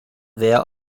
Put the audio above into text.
wer